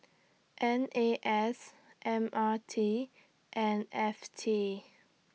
N A S M R T and F T